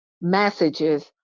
messages